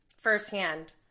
firsthand